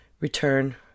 return